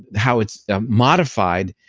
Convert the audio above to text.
how it's modified,